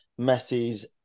Messi's